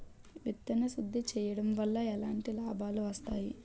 విత్తన శుద్ధి చేయడం వల్ల ఎలాంటి లాభాలు వస్తాయి?